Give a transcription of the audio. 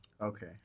Okay